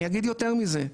אני אגיד יותר מזה,